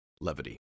levity